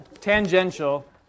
tangential